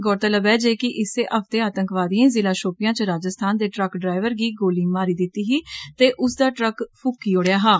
गौरतलब ऐ जे कि इसे हफ्ते आतंकवादिये जिला शौपिया च राजस्थान दे ट्रक ड्राईवर गी गोली मारी ही ते उसदा ट्रक फुकी ओड़ेआ हा